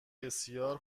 بسیار